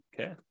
Okay